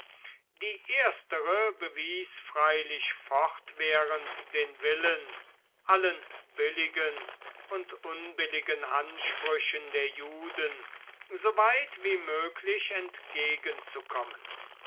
die erstere bewies freilich fortwährend den willen allen billigen und unbilligen ansprüchen der juden so weit wie möglich entgegenzukommen